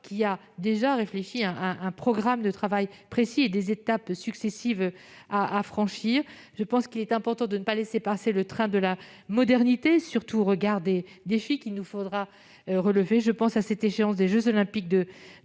qui a déjà réfléchi à un programme de travail précis et à des étapes successives à franchir. Il me semble important de ne pas laisser passer le train de la modernité, surtout au regard des défis que nous devrons relever. Ainsi, dans la perspective des jeux Olympiques de 2024,